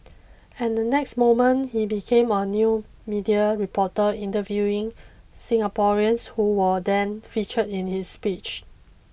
and the next moment he became a new media reporter interviewing Singaporeans who were then featured in his speech